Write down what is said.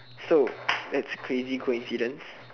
so that's crazy coincidence